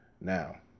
now